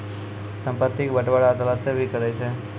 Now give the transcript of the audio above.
संपत्ति के बंटबारा अदालतें भी करै छै